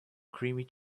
creamy